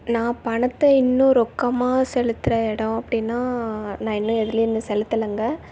நான் பணத்தை இன்னும் ரொக்கமாக செலுத்துகிற இடம் அப்படின்னா நான் இன்னும் எதுலேயுமே செலுத்தலைங்க